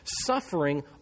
suffering